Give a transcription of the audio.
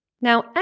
Now